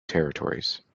territories